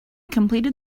completed